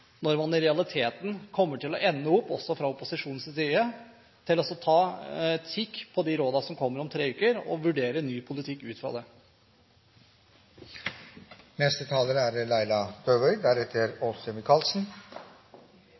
når man i realiteten kommer til å ende opp – også fra opposisjonens side – med å ta en kikk på de rådene som kommer om tre uker, og vurdere ny politikk ut fra det.